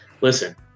Listen